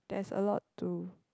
there's a lot to